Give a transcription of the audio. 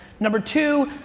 number two,